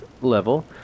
level